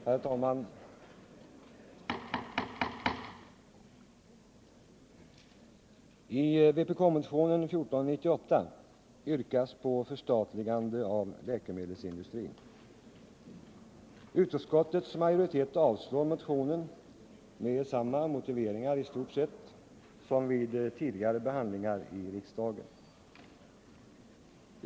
Herr talman! I vpk-motionen 1498 yrkas på förstatligande av läkemedelsindustrin. Utskottets majoritet avstyrker motionen med samma motiveringar, i stort sett, som vid tidigare behandlingar i riksdagen.